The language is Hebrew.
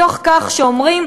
מתוך כך שאומרים: